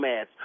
ass